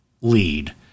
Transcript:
lead